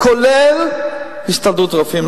כולל הסתדרות הרופאים,